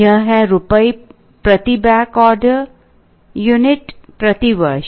यह है रुपये प्रति बैक ऑर्डर यूनिट प्रति वर्ष